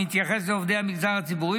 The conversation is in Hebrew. המתייחס לעובדי המגזר הציבורי,